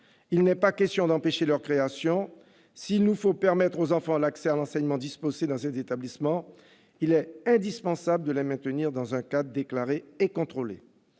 il n'est pas question d'empêcher leur création. S'il nous faut permettre aux enfants l'accès à l'enseignement dispensé dans ces établissements, il est indispensable de les maintenir dans un cadre déclaré et contrôlé.